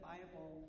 Bible